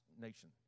nation